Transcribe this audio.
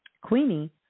Queenie